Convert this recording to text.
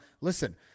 listen